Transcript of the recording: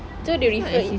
so they refer in